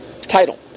title